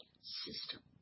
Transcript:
system